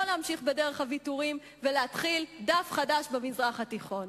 לא להמשיך בדרך הוויתורים ולהתחיל דף חדש במזרח התיכון.